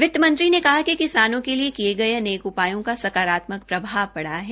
वित्त मंत्री ने कहा कि किसानों के लिए गये अनेक उपायों का सकारात्मक प्रभाव पड़ा है